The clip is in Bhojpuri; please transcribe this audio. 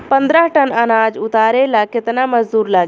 पन्द्रह टन अनाज उतारे ला केतना मजदूर लागी?